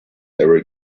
every